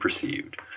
perceived